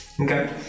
Okay